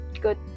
good